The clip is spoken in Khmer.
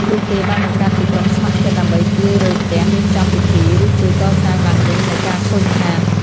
ពួកគេបានបង្កើតជាក្រុមស្ម័គ្រចិត្តដើម្បីជួយរើផ្ទះ រៀបចំពិធី ឬជួយកសាងឡើងវិញនូវការខូចខាត។